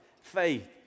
Faith